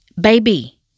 Baby